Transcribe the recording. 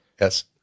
Yes